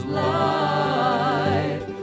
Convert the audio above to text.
life